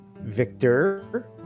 Victor